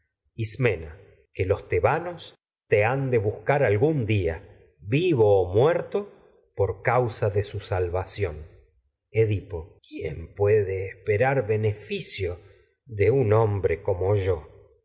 hija ismena los tebanos te han de buscar algún día vivo o muerto por causa edipo de su salvación quién puede esperar beneficio de un hom bre como yo